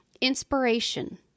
Inspiration